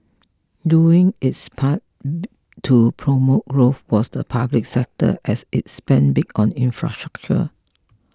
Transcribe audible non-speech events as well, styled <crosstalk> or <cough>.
doing its part <noise> to promote growth was the public sector as it spent big on infrastructure